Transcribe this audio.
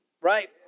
right